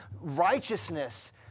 righteousness